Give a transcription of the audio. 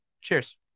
Cheers